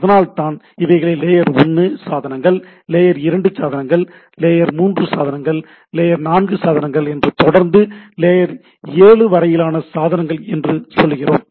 அதனால்தான் இவைகளை லேயர் 1 சாதனங்கள் லேயர் 2 சாதனங்கள் லேயர் 3 சாதனங்கள் லேயர் 4 சாதனங்கள் என்று தொடர்ந்து லேயர் 7 வரையிலான சாதனங்கள் என்று சொல்லுகிறோம்